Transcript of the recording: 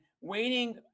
waiting